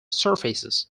surfaces